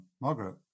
Margaret